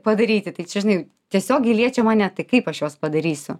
padaryti tai čia žinai tiesiogiai liečia mane tai kaip aš juos padarysiu